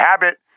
habit